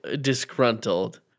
disgruntled